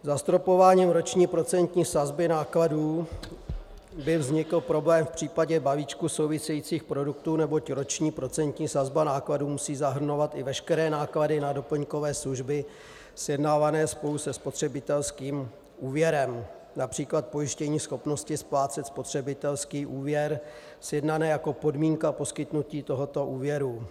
Zastropováním roční procentní sazby nákladů by vznikl problém v případě balíčků souvisejících produktů, neboť roční procentní sazba nákladů musí zahrnovat i veškeré náklady na doplňkové služby sjednávané spolu se spotřebitelským úvěrem, například pojištění schopnosti splácet spotřebitelský úvěr sjednané jako podmínka poskytnutí tohoto úvěru.